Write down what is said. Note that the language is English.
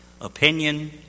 opinion